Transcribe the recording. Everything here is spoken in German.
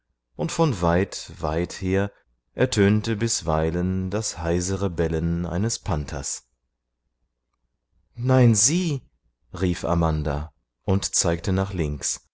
und von weit weit her ertönte bisweilen das heisere bellen eines panthers nein sieh rief amanda und zeigte nach links